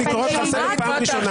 אני קורא לך לסדר פעם ראשונה.